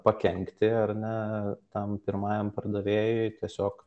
pakenkti ar ne tam pirmajam pardavėjui tiesiog